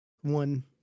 one